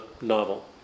novel